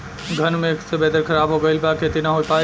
घन मेघ से वेदर ख़राब हो गइल बा खेती न हो पाई